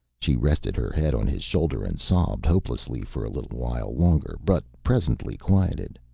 she rested her head on his shoulder and sobbed hopelessly for a little while longer, but presently quieted.